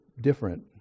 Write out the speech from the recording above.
different